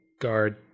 guard